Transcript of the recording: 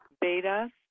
Beta